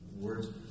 Words